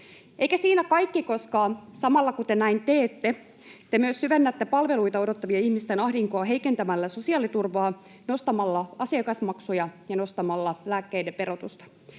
Eikä siinä kaikki, koska samalla, kun te näin teette, te myös syvennätte palveluita odottavien ihmisten ahdinkoa heikentämällä sosiaaliturvaa, nostamalla asiakasmaksuja ja nostamalla lääkkeiden verotusta.